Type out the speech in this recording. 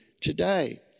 today